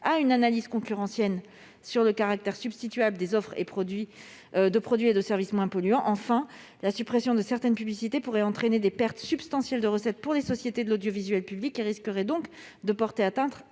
à une analyse concurrentielle sur le caractère substituable des offres de produits et de services moins polluants. Enfin, la suppression de certaines publicités pourrait entraîner des pertes substantielles de recettes pour les sociétés audiovisuelles publiques ; elle risquerait donc de porter atteinte